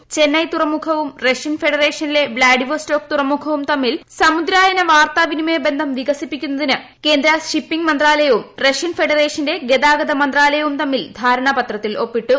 ഇന്ത്യയിലെ ചെന്നൈ തുറമുഖവും റഷ്യൻ ഫെഡറേഷനിലെ വ്ളാഡിവോസ്റ്റോക്ക് തുറമുഖവും തമ്മിൽ സമുദ്രയാന വാർത്താവിനിമയ ബന്ധം വികസിപ്പിക്കുന്നതിന് കേന്ദ്ര ഷിപ്പിംഗ് മന്ത്രാലയവും റഷ്യൻ ഫെഡറേഷന്റെ ഗതാഗത മന്ത്രാലയവും തമ്മിലും ് ധാരണാപത്രത്തിൽ ഒപ്പിട്ടു